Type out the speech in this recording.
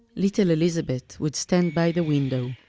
little elizabeth would stand by the window,